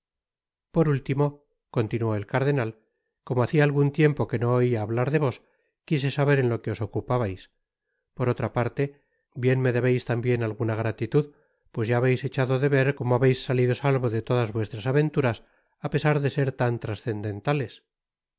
por último continuó el cardenal como hacia algun tiempo que no oia hablar de vos quise saber en lo que os ocupabais por otra parte bien me debeis tambien alguna gratitud pues ya habeis echado de ver como habeis salido salvo de todas vuestras aventuras á pesar de ser tan trascendentales